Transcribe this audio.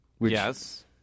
Yes